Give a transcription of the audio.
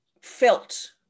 felt